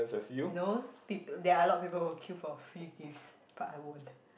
no people there are a lot of people who queue for free gifts but I won't